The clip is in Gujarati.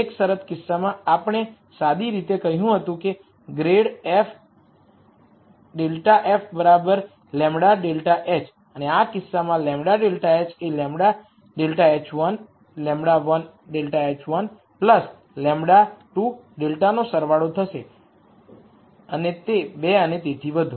એક શરત કિસ્સામાં આપણે સાદી રીતે કહ્યું હતું કે ગ્રેડ f ∇f બરાબર λ ∇h અને આ કિસ્સામાં λ ∇h એ λ ∇h1 λ 1 ∇h1 λ 2 ∇ નો સરવાળો થશે 2 અને તેથી વધુ